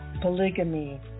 polygamy